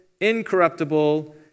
incorruptible